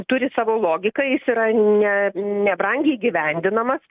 turi savo logiką jis yra ne nebrangiai įgyvendinamas